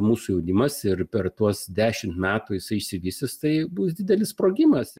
mūsų jaunimas ir per tuos dešimt metų jisai išsivystys tai bus didelis sprogimas